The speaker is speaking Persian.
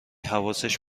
حواسش